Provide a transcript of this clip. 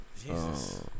Jesus